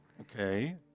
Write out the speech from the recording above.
Okay